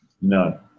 No